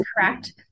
correct